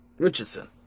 Richardson